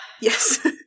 Yes